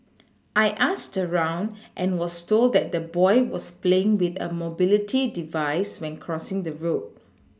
I asked around and was told that the boy was playing with a mobility device when crossing the road